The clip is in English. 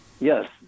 Yes